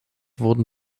wurden